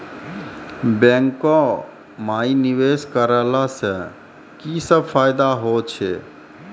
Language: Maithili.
बैंको माई निवेश कराला से की सब फ़ायदा हो छै?